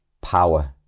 power